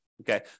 okay